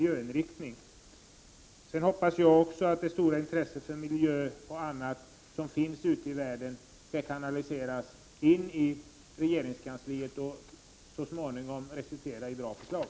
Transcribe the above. Jag hoppas också att det stora intresset för miljön som finns ute i världen skall kanaliseras i regeringskansliet och så småningom resultera i bra förslag.